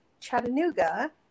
Chattanooga